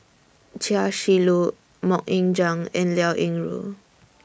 Chia Shi Lu Mok Ying Jang and Liao Yingru